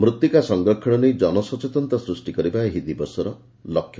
ମୂତ୍ତିକା ସଂରକ୍ଷଣ ନେଇ ଜନସଚେତନତା ସୃଷ୍ ି କରିବା ଏହି ଦିବସ ପାଳନର ଲକ୍ଷ୍ୟ